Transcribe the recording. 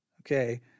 okay